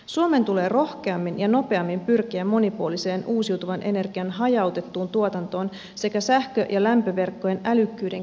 suomen tulee rohkeammin ja nopeammin pyrkiä monipuoliseen uusiutuvan energian hajautettuun tuotantoon sekä sähkö ja lämpöverkkojen älykkyyden kehittämiseen